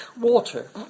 water